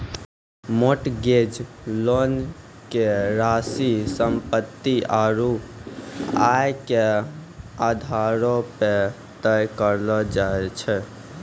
mortgage loan के राशि सम्पत्ति आरू आय के आधारो पे तय करलो जाय छै